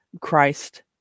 Christ